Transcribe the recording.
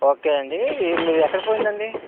okay అండీ ఈ మీ ఎక్కడ పోయిందండీ